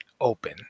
open